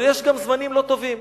אבל יש גם זמנים לא טובים,